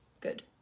good